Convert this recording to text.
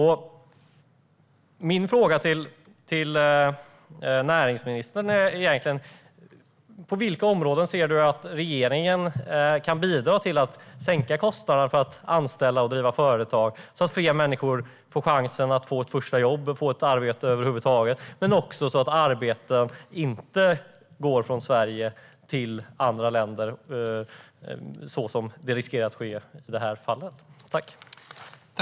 Min fråga till näringsministern är egentligen: På vilka områden ser du att regeringen kan bidra till att sänka kostnaderna för att anställa och driva företag så att fler människor får chansen att få ett första jobb eller få ett arbete över huvud taget men också så att arbeten inte går från Sverige till andra länder, såsom riskerar att ske i det här fallet?